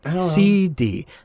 CD